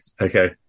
Okay